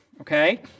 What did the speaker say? Okay